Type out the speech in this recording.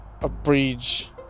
abridge